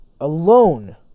alone